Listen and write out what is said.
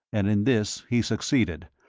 and in this he succeeded,